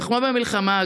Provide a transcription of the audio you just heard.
כמו במלחמה,